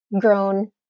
grown